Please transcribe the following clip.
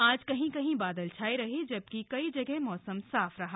आज कहीं कहीं बादल छाये रहे जबकि दूसरी जगह मौसम साफ रहा